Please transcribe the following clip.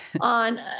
on